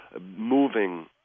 moving